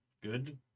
good